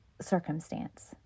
circumstance